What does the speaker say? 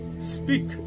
Speak